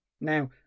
Now